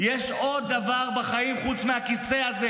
יש עוד דבר בחיים חוץ מהכיסא הזה.